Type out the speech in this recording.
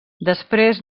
després